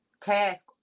task